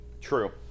True